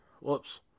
Whoops